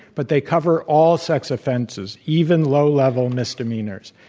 but they cover all sex offenses, even low-level misdemeanors.